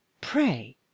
Pray